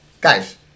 guys